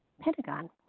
Pentagon